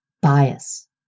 bias